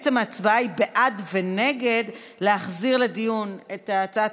ההצבעה היא בעד או נגד להחזיר לדיון את הצעת